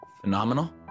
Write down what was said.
Phenomenal